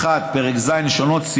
פרק ז' (שונות),